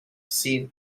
see